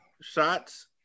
shots